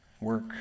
work